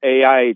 AI